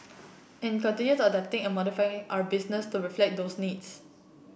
and continue adapting and modifying our business to reflect those needs